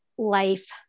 life